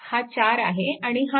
हा 4 आहे आणि हा 2